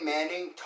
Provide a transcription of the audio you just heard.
Manning